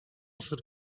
should